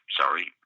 sorry